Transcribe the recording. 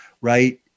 right